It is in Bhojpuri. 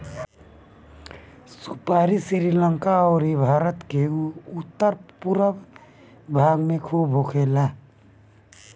सुपारी श्रीलंका अउरी भारत के उत्तर पूरब भाग में खूब होला